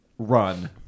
Run